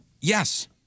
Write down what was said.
Yes